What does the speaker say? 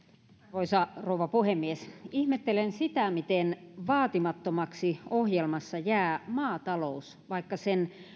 arvoisa rouva puhemies ihmettelen sitä miten vaatimattomaksi ohjelmassa jää maatalous vaikka sen